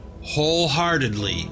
wholeheartedly